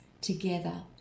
together